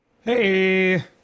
Hey